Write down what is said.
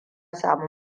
samu